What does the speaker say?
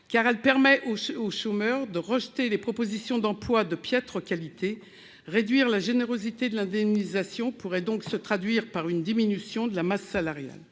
chômage permet aux chômeurs de rejeter les propositions d'emploi de piètre qualité. Réduire la générosité de l'indemnisation pourrait donc se traduire par une diminution de la masse salariale.